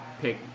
pick